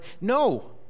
No